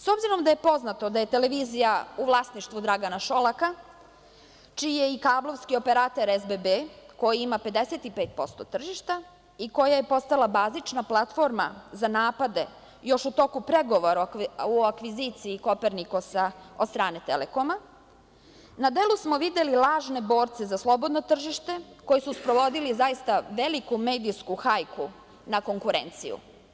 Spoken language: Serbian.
S obzirom da je poznato da je televizija u vlasništvu Dragana Šolaka, čiji je i kablovski operater SBB, koji ima 55% tržišta i koja je postala bazična platforma za napade još u toku pregovora u akviziciji Kopernikusa od strane Telekoma, na delu smo videli lažne borce za slobodno tržište, koji su sprovodili zaista veliku medijsku hajku na konkurenciju.